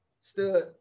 stood